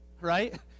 right